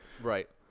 Right